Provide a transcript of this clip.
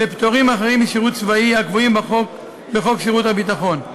לפטורים אחרים משירות צבאי הקבועים בחוק שירות הביטחון.